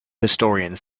historians